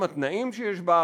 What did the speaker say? עם התנאים שיש בארץ,